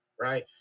right